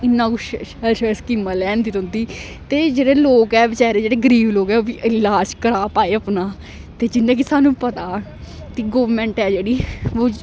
इन्ना कुछ शैल शैल स्कीमां लैन दी रौंह्दी ते जेह्ड़े लोक ऐ बेचारे जेह्ड़े गरीब लोग ऐ ओह् इलाज करा पाए अपना ते जिंदे कि सानू पता कि गौरमैंट ऐ जेह्ड़ी ओह्